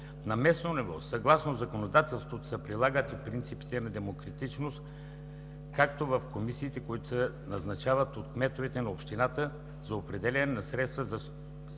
На местно ниво, съгласно законодателството, се прилагат и принципите на демократичност, като в комисиите, които се назначават от кметовете на общината за определяне на средствата, се